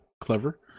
clever